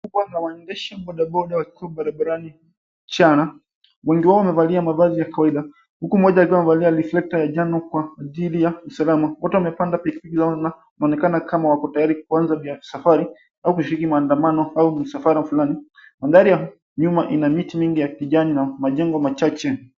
Waendesha bodaboda wakiwa barabarani mchana. Wengi wao wamevalia mavazi ya kawaida huku mmoja wao akiwa amevalia mavazi ya reflector ja njano kwa ajili ya usalama. Wote wamepanda pikipiki yao na wanaonekana kamawako tayari kuanza safari kushiriki maandamano au msafara fulani. Mandhari ya nyuma Ina miti mingi ya kijani na majengo machache.